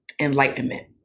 enlightenment